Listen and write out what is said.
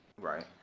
Right